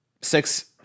six